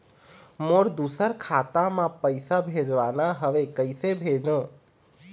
मोर दुसर खाता मा पैसा भेजवाना हवे, कइसे भेजों?